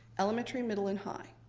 elementary, middle, and high.